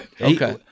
Okay